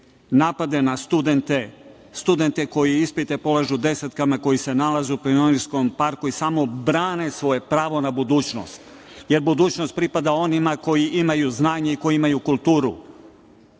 napade na studente, studente koji ispite polažu desetkama, koji se nalaze u Pionirskom parku i samo brane svoje pravo na budućnost, jer budućnost pripada onima koji imaju znanje i koji imaju kulturu.